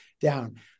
down